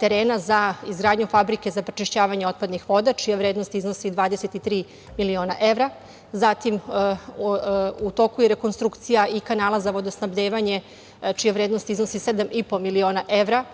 terena za izgradnju fabrike za prečišćavanje otpadnih voda, čija vrednost iznosi 23 miliona evra. Zatim, u toku je rekonstrukcija i kanala za vodosnabdevanje, čija vrednost iznosi 7,5 miliona evra,